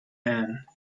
anne